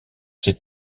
ses